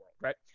right